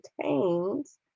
contains